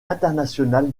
international